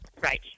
Right